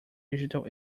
digital